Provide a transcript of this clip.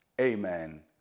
amen